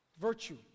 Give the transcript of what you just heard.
virtue